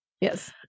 Yes